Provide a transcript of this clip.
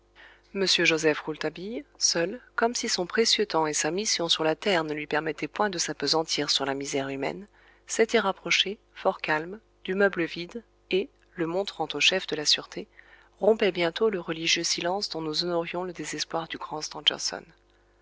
joseph rouletabille seul comme si son précieux temps et sa mission sur la terre ne lui permettaient point de s'appesantir sur la misère humaine s'était rapproché fort calme du meuble vide et le montrant au chef de la sûreté rompait bientôt le religieux silence dont nous honorions le désespoir du grand